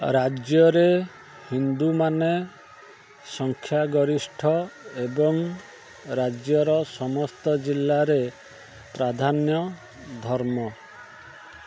ରାଜ୍ୟରେ ହିନ୍ଦୁମାନେ ସଂଖ୍ୟା ଗରିଷ୍ଠ ଏବଂ ରାଜ୍ୟର ସମସ୍ତ ଜିଲ୍ଲାରେ ପ୍ରାଧାନ୍ୟ ଧର୍ମ